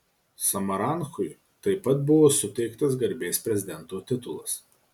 samaranchui taip pat buvo suteiktas garbės prezidento titulas